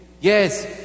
Yes